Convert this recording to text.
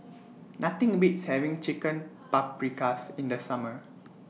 Nothing Beats having Chicken Paprikas in The Summer